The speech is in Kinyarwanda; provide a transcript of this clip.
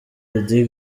lady